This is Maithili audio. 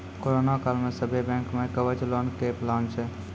करोना काल मे सभ्भे बैंक मे कवच लोन के प्लान छै